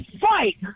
fight